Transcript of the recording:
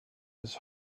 his